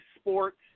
sports